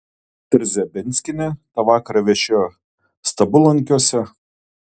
trzebinskienė tą vakarą viešėjo stabulankiuose